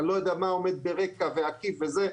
אני לא יודע מה עומד ברקע ועקיף וזה,